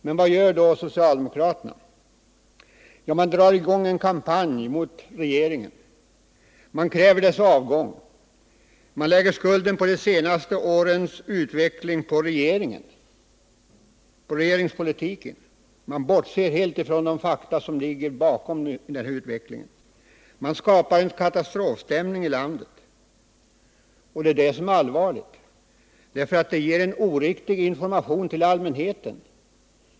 Man vad gör då socialdemokraterna? De drar i gång en kampanj mot regeringen. Man kräver dess avgång. Man lägger skulden för de senaste årens utveckling på regeringspolitiken och bortser helt från de fakta som ligger bakom utvecklingen. Man skapar en katastrofstämning i landet. Och det är allvarligt, för det ger en oriktig information till allmänheten.